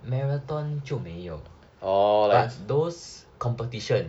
marathon 就没有 but those competition